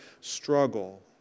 struggle